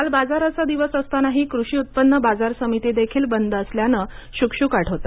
काल बाजाराचा दिवस असतानाही कृषी उत्पन्न बाजार समितीदेखील बंद असल्यानं श्कश्काट होता